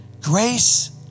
grace